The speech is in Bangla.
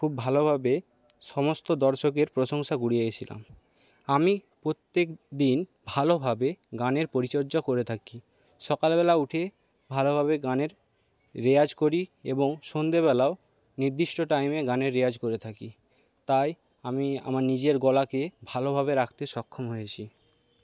খুব ভালোভাবে সমস্ত দর্শকের প্রশংসা কুড়িয়েছিলাম আমি প্রত্যেকদিন ভালোভাবে গানের পরিচর্যা করে থাকি সকালবেলা উঠে ভালোভাবে গানের রেয়াজ করি এবং সন্ধ্যেবেলাও নির্দিষ্ট টাইমে গানের রেয়াজ করে থাকি তাই আমি আমার নিজের গলাকে ভালোভাবে রাখতে সক্ষম হয়েছি